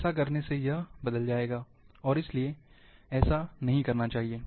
ऐसा करने से यह बदल जाएगा और इसलिए ऐसा नहीं करना चाहिए